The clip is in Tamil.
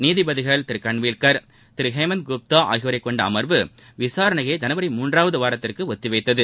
நீதிபதிகள் திரு கன்வில்கர் திரு ஹேமந்த் குப்தா ஆகியோரைக் கொண்ட அமர்வு விசாரணையை ஜனவரி மூன்றாவது வாரத்திற்கு ஒத்தி வைத்தது